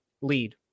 lead